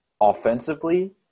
offensively